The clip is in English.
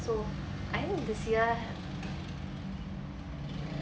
so I mean this year